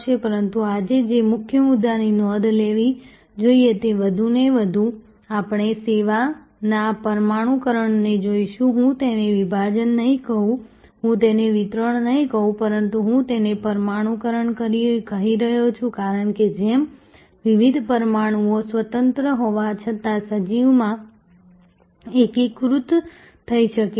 પરંતુ આજે જે મુખ્ય મુદ્દાની નોંધ લેવી જોઈએ તે વધુને વધુ આપણે સેવાઓના આ પરમાણુકરણને જોશું હું તેને વિભાજન નહીં કહું હું તેને વિતરણ નહીં કહું પરંતુ હું તેને પરમાણુકરણ કહી રહ્યો છું કારણ કે જેમ વિવિધ પરમાણુઓ સ્વતંત્ર હોવા છતાં સજીવમાં એકીકૃત થઈ શકે છે